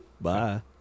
Bye